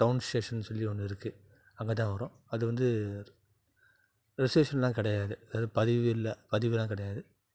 down ஸ்டேஷன்னு சொல்லி ஒன்று இருக்குது அங்கேதான் வரும் அது வந்து ரிசர்வேஷன்லாம் கிடையாது அது பதிவு இல்லை பதிவுலாம் கிடையாது